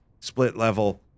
split-level